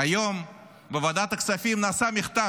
היום בוועדת הכספים נעשה מחטף,